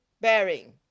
bearing